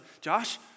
Josh